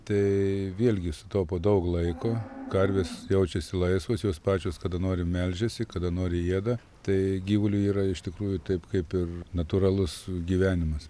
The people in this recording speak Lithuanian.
tai vėlgi sutaupo daug laiko karvės jaučiasi laisvos jos pačios kada nori melžiasi kada nori ėda tai gyvuliui yra iš tikrųjų taip kaip ir natūralus gyvenimas